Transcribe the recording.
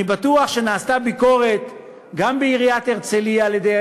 אני בטוח שנעשתה ביקורת גם בעיריית הרצליה על-ידי